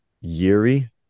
Yuri